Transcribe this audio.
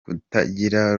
kutagira